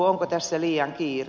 onko tässä liian kiire